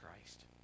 Christ